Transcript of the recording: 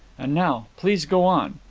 and now, please, go on,